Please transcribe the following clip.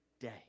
day